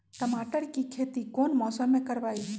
टमाटर की खेती कौन मौसम में करवाई?